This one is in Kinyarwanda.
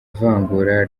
vangura